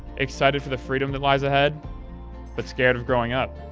excited for the freedom that lies ahead but scared of growing up.